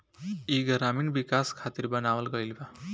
ई ग्रामीण विकाश खातिर बनावल गईल बा